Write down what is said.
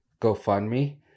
GoFundMe